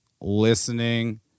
listening